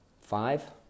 five